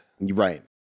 Right